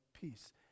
Peace